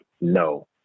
no